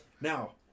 Now